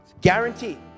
guaranteed